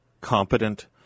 competent